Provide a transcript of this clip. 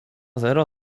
zero